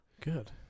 Good